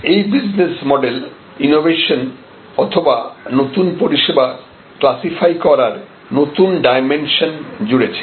এই business model innovation অথবা নতুন পরিষেবা ক্লাসিফাই করার নতুন ডাইমেনশন জুড়ছে